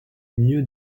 milieu